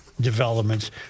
developments